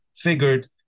figured